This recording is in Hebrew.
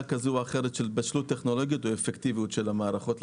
כזו או אחרת של בשלות טכנולוגית או אפקטיביות של המערכות.